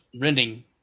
renting